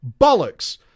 Bollocks